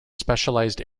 specialized